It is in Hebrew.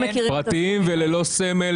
הפרטיים וללא סמל,